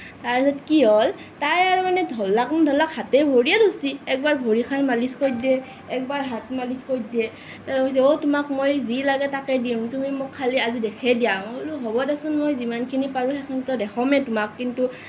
তাৰ পাছত কি হ'ল তাই আৰু মানে ধৰিলাকো ধৰিলাক হাতে ভৰিয়ে ধৰিছি এক বাৰ ভৰি খন মালিছ কৰি দিয়ে একবাৰ হাত মালিছ কৰি দিয়ে কৈছে অ' তোমাক মই যি লাগে তাকেই দিম তুমি মোক খালী আজি দেখাই দিয়া মই বোলো হ'ব দেচোন মই যিমানখিনি পাৰোঁ সেইখিনি দেখামেই তোমাক কিন্তু